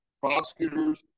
prosecutors